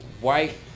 white